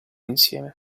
insieme